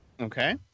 Okay